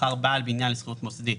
מכר בעל בניין לשכירות מוסדית